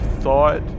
thought